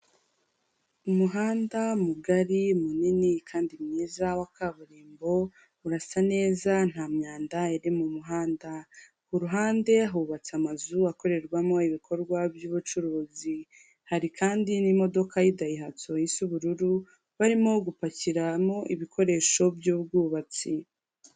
Umuhanda mugari, munini kandi mwiza, wa kaburimbo, urasa neza, nta myanda iri mu muhanda. Ku ruhande hubatse amazu akorerwamo ibikorwa by'ubucuruzi. Hari kandi n'imodoka y'idayihatso isa ubururu, barimo gupakiramo ibikoresho by'ubwubatsi.